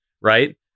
right